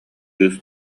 кыыс